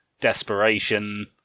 desperation